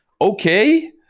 okay